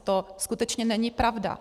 To skutečně není pravda.